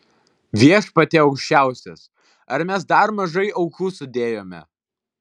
viešpatie aukščiausias ar mes dar mažai aukų sudėjome